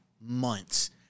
months